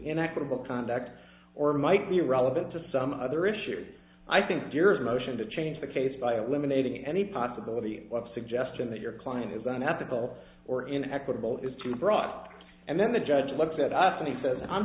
inequitable conduct or might be relevant to some other issue i think there's a motion to change the case by eliminating any possibility of suggestion that your client is unethical or in an equitable is too broad and then the judge looks at us and he said i'm